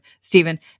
Stephen